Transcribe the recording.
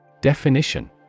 Definition